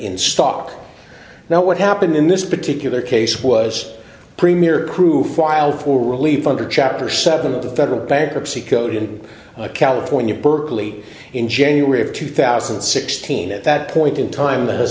in stock now what happened in this particular case was premier proof while for relief under chapter seven of the federal bankruptcy code in california berkeley in january of two thousand and sixteen at that point in time the